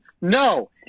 No